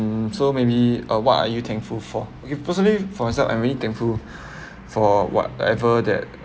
hmm so maybe uh what are you thankful for okay personally for myself I'm really thankful for whatever that